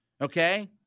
Okay